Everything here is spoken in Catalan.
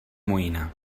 moïna